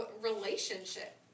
relationship